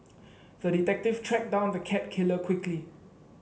the detective tracked down the cat killer quickly